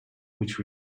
which